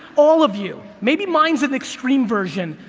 all of you. maybe mine's an extreme version,